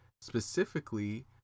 specifically